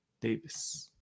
Davis